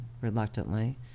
reluctantly